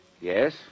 Yes